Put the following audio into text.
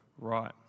right